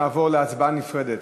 אנחנו נעבור להצבעה נפרדת,